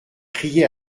crié